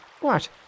What